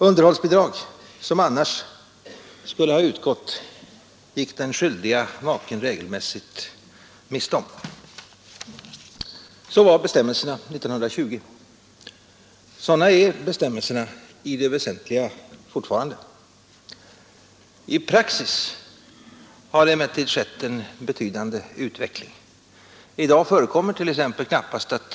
Underhållsbidrag som annars skulle ha utgått gick den skyldiga maken regelmässigt Så var bestämmelserna 1920. Sådana är bestämmelserna i det väsentliga fortfarande. I praxis har det emellertid skett en betydande x. knappast att någon, som vill psskillnad. Underhållsskyldig utveckling.